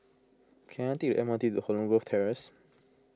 can I take the M R T to Holland Grove Terrace